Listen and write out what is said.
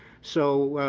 so,